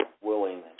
willing